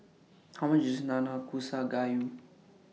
How much IS Nanakusa Gayu